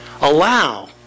allow